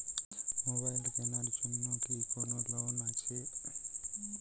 Mobile কেনার জন্য কি কোন লোন আছে?